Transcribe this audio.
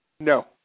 No